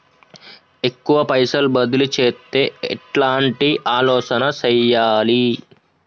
ఎక్కువ పైసలు బదిలీ చేత్తే ఎట్లాంటి ఆలోచన సేయాలి?